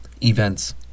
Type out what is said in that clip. Events